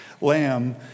Lamb